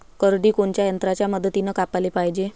करडी कोनच्या यंत्राच्या मदतीनं कापाले पायजे?